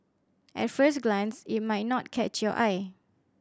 at first glance it might not catch your eye